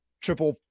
triple